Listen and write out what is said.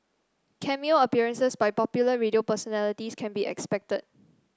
Cameo appearances by popular radio personalities can be expected